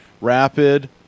Rapid